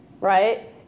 right